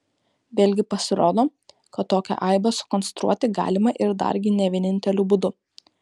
vėlgi pasirodo kad tokią aibę sukonstruoti galima ir dargi ne vieninteliu būdu